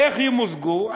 איך ימוזגו?